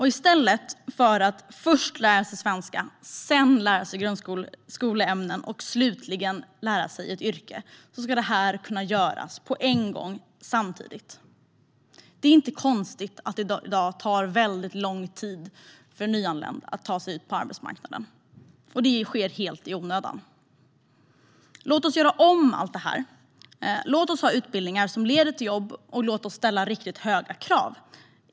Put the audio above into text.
I stället för att först lära sig svenska, sedan läsa grundskoleämnen och slutligen lära sig ett yrke skulle man kunna göra allt detta på en gång samtidigt. Det är inte konstigt att det i dag tar väldigt lång tid för nyanlända att ta sig ut på arbetsmarknaden, och det sker helt i onödan. Låt oss göra om allt, låt oss ha utbildningar som leder till jobb och låt oss ställa höga krav.